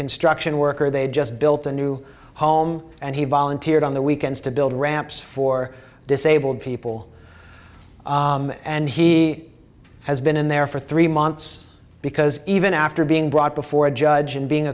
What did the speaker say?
construction worker they just built a new home and he volunteered on the weekends to build ramps for disabled people and he has been in there for three months because even after being brought before a judge and being